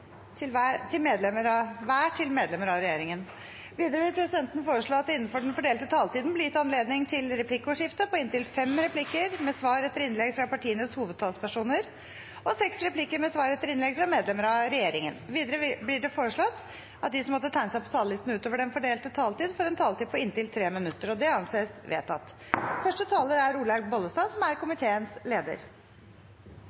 til medlemmer av regjeringen. Presidenten vil foreslå at det – innenfor den fordelte taletid – blir gitt anledning til inntil fem replikker med svar etter innlegg fra partienes hovedtalere, og seks replikker med svar etter innlegg fra medlemmer av regjeringen. Videre blir det foreslått at de som måtte tegne seg på talerlisten utover den fordelte taletid, får en taletid på inntil 3 minutter. – Det anses vedtatt. Vi har mye å være takknemlige for i norsk helsetjeneste. For 13. år på rad er